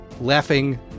laughing